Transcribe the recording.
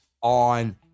on